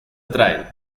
atraen